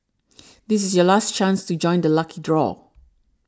this is your last chance to join the lucky draw